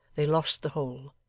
they lost the whole,